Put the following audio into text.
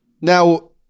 Now